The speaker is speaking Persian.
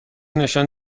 نشان